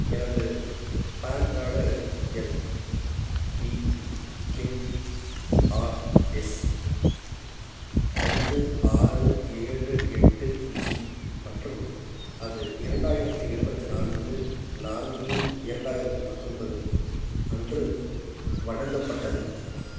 எனது PAN card எண் PQRS ஐந்து ஆறு ஏழு எட்டு ஜி மற்றும் அது இரண்டாயிரத்தி இருபத்தி நான்கு நான்கு இரண்டாயிரத்தி பத்தொன்பது அன்று வழங்கப்பட்டது